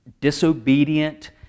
disobedient